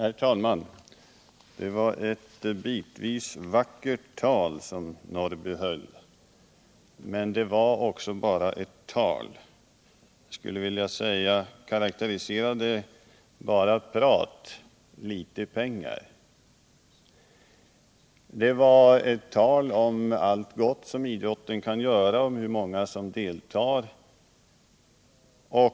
Herr talman! Det var ett bitvis vackert tal som Karl-Eric Norrby höll, men det var också bara ett tal. Jag skulle vilja karakterisera det med orden: bara prat, litet pengar. Det var ett tal om allt gott som idrotten kan göra och om hur många som är engagerade i den.